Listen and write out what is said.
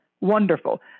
Wonderful